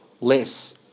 less